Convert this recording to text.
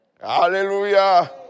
Hallelujah